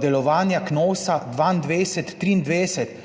delovanja KNOVS 2022,